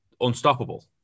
unstoppable